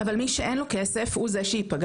אבל מי שאין לו כסף הוא זה שיפגע,